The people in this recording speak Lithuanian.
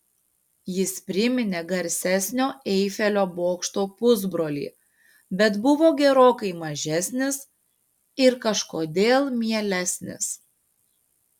jis priminė garsesnio eifelio bokšto pusbrolį bet buvo gerokai mažesnis ir kažkodėl mielesnis